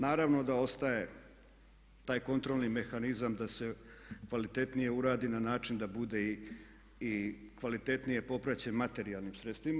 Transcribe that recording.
Naravno da ostaje taj kontrolni mehanizam da se kvalitetnije uradi na način da bude i kvalitetnije popraćen materijalnim sredstvima.